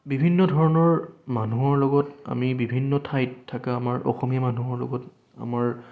বিভিন্ন ধৰণৰ মানুহৰ লগত আমি বিভিন্ন ঠাইত থাকা আমাৰ অসমীয়া মানুহৰ লগত আমাৰ